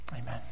Amen